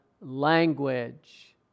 language